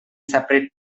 separate